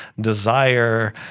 desire